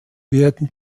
werden